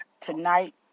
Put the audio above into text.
tonight